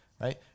right